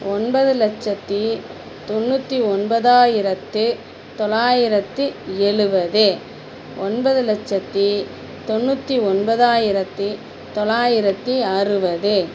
ஒன்பது லட்சத்தி தொண்ணூற்றி ஒன்பதாயிரத்து தொள்ளாயிரத்தி எழுபது ஒன்பது லட்சத்தி தொண்ணூற்றி ஒன்பதாயிரத்தி தொள்ளாயிரத்தி அறுபது